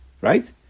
Right